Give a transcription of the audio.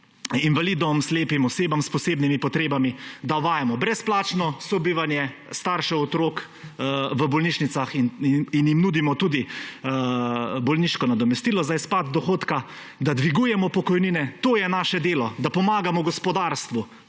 invalidom, slepim osebam, osebam s posebnimi potrebami, da uvajamo brezplačno sobivanje staršev otrok v bolnišnicah in jim nudimo tudi bolniško nadomestilo za izpad dohodka, da dvigujemo pokojnine. To je naše delo, da pomagamo gospodarstvu.